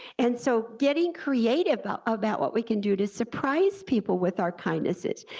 and so getting creative about about what we can do to surprise people with our kindnesses.